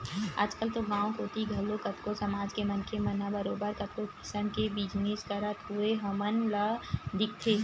आजकल तो गाँव कोती घलो कतको समाज के मनखे मन ह बरोबर कतको किसम के बिजनस करत होय हमन ल दिखथे